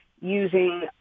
using